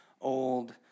old